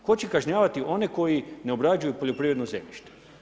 Tko će kažnjavati one koji ne obrađuju poljoprivredno zemljište?